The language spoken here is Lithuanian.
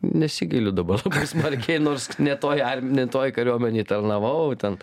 nesigailiu dabar labai smarkiai nors ne toj arm ne toj kariuomenėje tarnavau ten